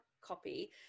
copy